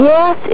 Yes